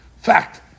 fact